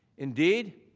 indeed,